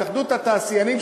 התאחדות התעשיינים,